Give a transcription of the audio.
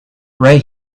right